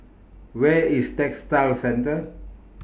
Where IS Textile Centre